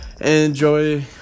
Enjoy